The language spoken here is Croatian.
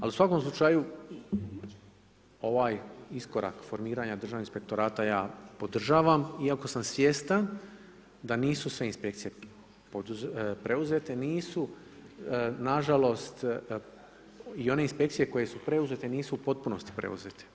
Ali u svakom slučaju ovaj iskorak formiranja Državnog inspektorata ja podržavam iako sam svjestan da nisu sve inspekcije preuzete, da nisu nažalost i one inspekcije koje su preuzete, nisu u potpunosti preuzete.